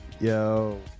Yo